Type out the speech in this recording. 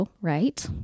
right